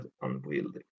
unwieldy